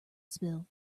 spill